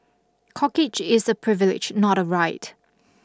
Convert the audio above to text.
corkage is a privilege not a right